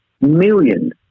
millions